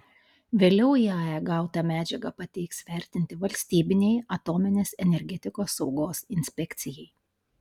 vėliau iae gautą medžiagą pateiks vertinti valstybinei atominės energetikos saugos inspekcijai